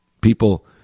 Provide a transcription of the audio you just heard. People